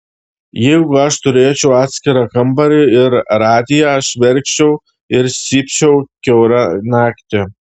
jeigu aš turėčiau atskirą kambarį ir radiją aš verkčiau ir cypčiau kiaurą naktį